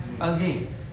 Again